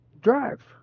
Drive